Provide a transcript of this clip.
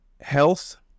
Health